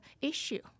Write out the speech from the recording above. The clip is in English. issue